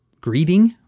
greeting